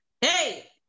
Hey